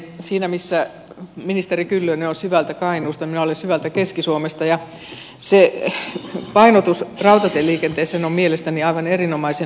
siinä missä ministeri kyllönen on syvältä kainuusta minä olen syvältä keski suomesta ja se painotus rautatieliikenteeseen on mielestäni aivan erinomaisen hyvä